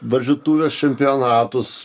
varžytuves čempionatus